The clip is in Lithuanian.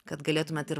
kad galėtumėt ir